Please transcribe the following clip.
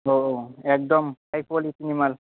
औ औ एकदम हाइ कुवालिटि नि माल